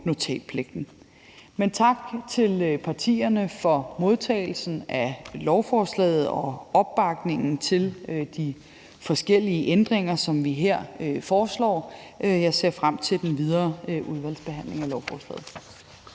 notatpligten. Tak til partierne for modtagelsen af lovforslaget og opbakningen til de forskellige ændringer, som vi her foreslår. Jeg ser frem til den videre udvalgsbehandling af lovforslaget.